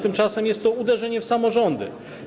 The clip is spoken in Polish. Tymczasem jest to uderzenie w samorządy.